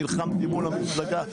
נלחמתי מול המפלגה,